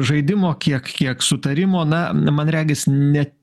žaidimo kiek kiek sutarimo na man regis ne